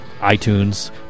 iTunes